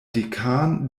dekan